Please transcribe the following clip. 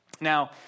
Now